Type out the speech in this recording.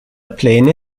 pläne